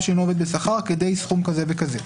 שאינו עובד בשכר כדי סכום כזה וכזה.